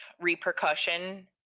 repercussion